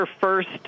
first